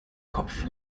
kopf